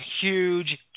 huge